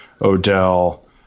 Odell